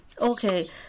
Okay